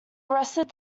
arrested